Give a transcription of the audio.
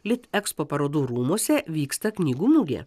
lit ekspo parodų rūmuose vyksta knygų mugė